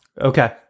Okay